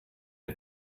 der